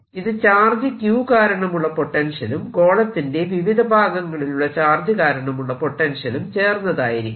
ഇത് charge Q കാരണമുള്ള പൊട്ടൻഷ്യലും ഗോളത്തിന്റെ വിവിധ ഭാഗങ്ങളിലുള്ള ചാർജ് കാരണമുള്ള പൊട്ടൻഷ്യലും ചേർന്നതായിരിക്കും